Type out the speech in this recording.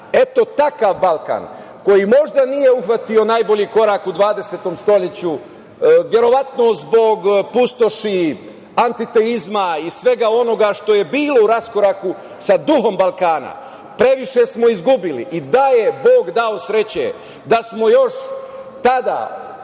eto, takav Balkan, koji možda nije uhvatio najbolji korak u 20. veku, verovatno zbog pustoši, antiteizma i svega onoga što je bilo u raskoraku sa duhom Balkana. Previše smo izgubili i da je bog dao sreće da smo još tada